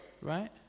right